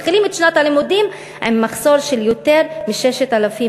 מתחילים את שנת הלימודים עם מחסור של יותר מ-6,000